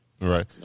Right